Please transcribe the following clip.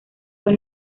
fue